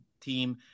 team